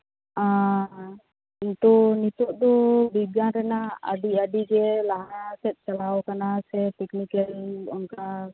ᱠᱤᱱᱛᱩ ᱱᱤᱛᱳᱜ ᱫᱚ ᱵᱤᱜᱽᱜᱟᱱ ᱨᱮᱱᱟᱜ ᱟᱹᱰᱤᱼᱟᱹᱰᱤ ᱜᱮ ᱞᱟᱦᱟ ᱥᱮᱫ ᱪᱟᱞᱟᱣ ᱠᱟᱱᱟ ᱥᱮ ᱴᱮᱠᱱᱤᱠᱮᱞ ᱚᱱᱠᱟ